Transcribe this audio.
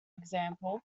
example